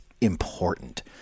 important